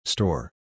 Store